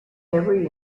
every